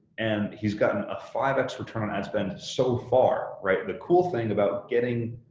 and he's gotten a five x return on ad spend so far, right? the cool thing about getting